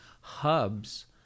hubs